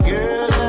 Girl